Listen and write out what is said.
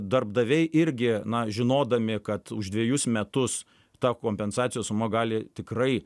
darbdaviai irgi na žinodami kad už dvejus metus ta kompensacijos suma gali tikrai